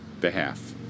behalf